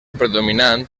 predominant